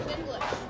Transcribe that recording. English